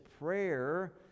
prayer